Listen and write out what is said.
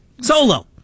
Solo